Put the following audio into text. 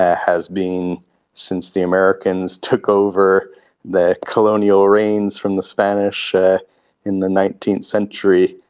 has been since the americans took over the colonial reins from the spanish in the nineteenth century,